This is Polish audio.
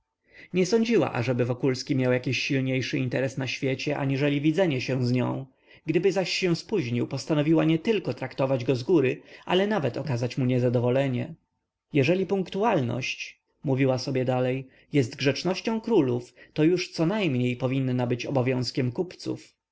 nie sądziła ażeby wokulski miał jakiś silniejszy interes na świecie aniżeli widzenie się z nią gdyby się zaś spóźnił postanowiła nietylko traktować go zgóry ale nawet okazać mu niezadowolenie jeżeli punktualność mówiła sobie dalej jest grzecznością królów to już conajmniej powinna być obowiązkiem kupców